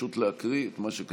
פשוט להקריא את מה כתוב.